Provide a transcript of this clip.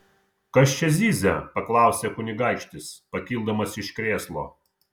kas čia zyzia paklausė kunigaikštis pakildamas iš krėslo